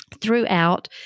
throughout